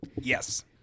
yes